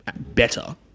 better